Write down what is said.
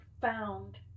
found